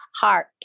heart